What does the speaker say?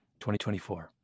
2024